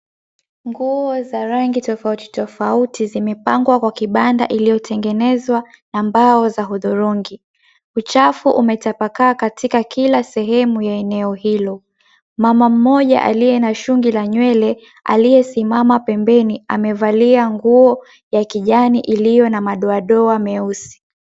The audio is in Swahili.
Nguo za rangi tofauti tofauti zimepangwa kwa kibanda iliyotengenezwa na mbao za udhurungi, uchafu umetapakaa katika kila sehemu ya eneo hilo. Mama mmoja aliye na shungi la nywele aliyesimama pembeni amevalia nguo ya kijani iliyo na madoadoa meusi.